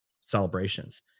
celebrations